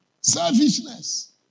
Selfishness